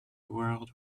world